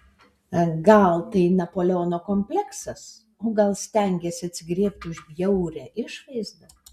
gal tai napoleono kompleksas o gal stengiasi atsigriebti už bjaurią išvaizdą